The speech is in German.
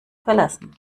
verlassen